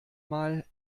mal